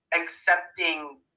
accepting